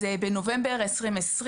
אז בנובמבר 2020,